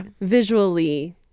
visually